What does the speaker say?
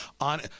on